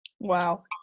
Wow